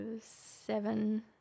seven